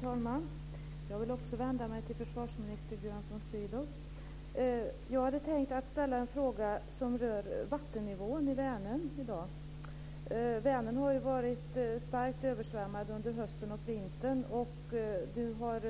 Herr talman! Jag vill också vända mig till försvarsminister Björn von Sydow. Jag hade tänkt ställa en fråga som rör vattennivån i Vänern i dag. Vänern har varit starkt översvämmad under hösten och vintern, och nu har